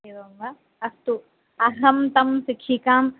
एवं वा अस्तु अहं तं शिक्षिकां